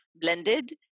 blended